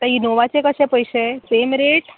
आतां इनोवाचें कशें पयशें सेम रेट